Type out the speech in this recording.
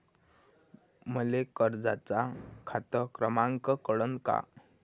मले कर्जाचा खात क्रमांक कळन का?